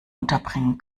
unterbringen